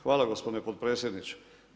Hvala gospodine potpredsjedniče.